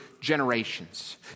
generations